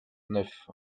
neuf